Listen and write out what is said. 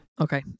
Okay